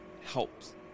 helps